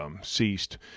ceased